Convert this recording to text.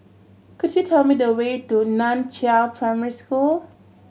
could you tell me the way to Nan Chiau Primary School